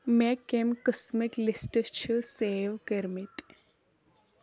مےٚ کَمہِ قسمٕکۍ لِسٹ چھِ سیو کٔرمٕتۍ